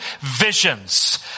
visions